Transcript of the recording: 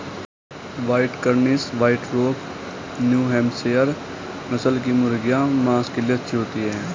white cornish, white rock, new Hampshire नस्ल की मुर्गियाँ माँस के लिए अच्छी होती हैं